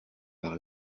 par